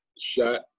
shot